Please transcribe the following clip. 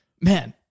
man